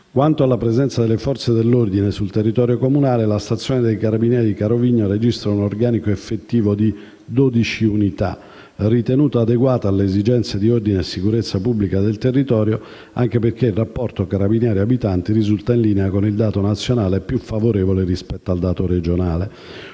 Quanto alla presenza delle Forze dell'ordine sul territorio comunale, la stazione dei carabinieri di Carovigno registra un organico effettivo di dodici unità, ritenuto adeguato alle esigenze di ordine e sicurezza pubblica dei territorio, anche perché il rapporto carabinieri-abitanti risulta in linea con il dato nazionale e più favorevole rispetto al dato regionale.